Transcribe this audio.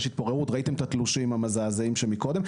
יש התפוררות, ראיתם את התלושים המזעזעים שם מקודם.